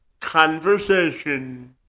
conversation